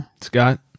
Scott